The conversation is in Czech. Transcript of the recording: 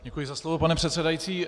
Děkuji za slovo, pane předsedající.